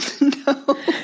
No